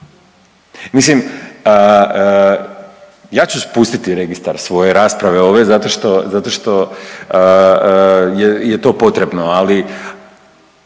Mislim, ja ću spustiti registar svoje rasprave ove zato što, zato što je,